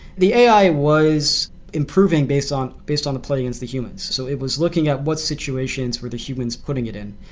the ai was improving based on based on play against the humans. so it was looking at what situations were the humans putting it in.